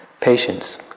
Patience